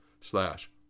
slash